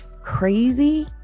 crazy